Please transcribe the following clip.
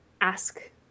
ask